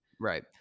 Right